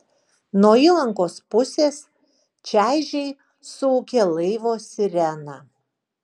nuo įlankos pusės čaižiai suūkė laivo sirena